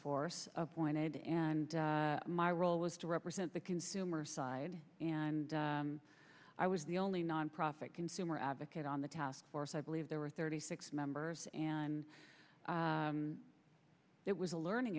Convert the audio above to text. force pointed and my role was to represent the consumer side and i was the only nonprofit consumer advocate on the task force i believe there were thirty six members and it was a learning